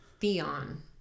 theon